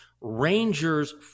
Rangers